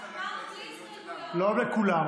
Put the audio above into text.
אמרנו בלי הסתייגויות.